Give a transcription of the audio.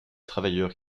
travailleurs